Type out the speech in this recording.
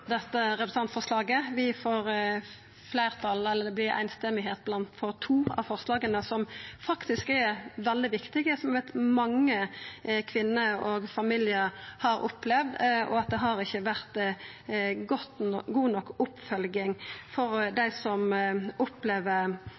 forslaga, som faktisk er veldig viktige. Det gjeld det mange kvinner og familiar har opplevd, at det ikkje har vore god nok oppfølging for dei som opplever